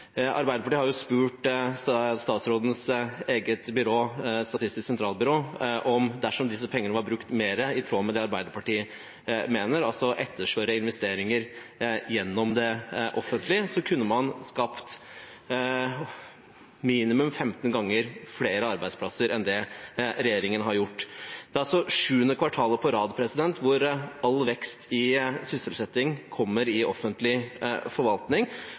Arbeiderpartiet har spurt statsrådens eget byrå, Statistisk sentralbyrå, og dersom disse pengene var brukt mer i tråd med det Arbeiderpartiet mener, altså etterspørre investeringer gjennom det offentlige, kunne man skapt minimum 15 ganger flere arbeidsplasser enn det regjeringen har gjort. Det er altså sjuende kvartalet på rad hvor all vekst i sysselsetting kommer i offentlig forvaltning,